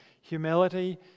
humility